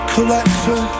Collector